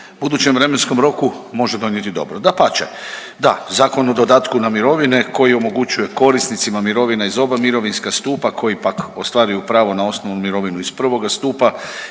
budućem vremenskom roku može donijeti dobro. Dapače, da Zakon o dodatku na mirovine koji omogućuje korisnicima mirovina iz oba mirovinska stupa koji pak ostvaruju pravo na osnovnu mirovinu iz prvoga stupa,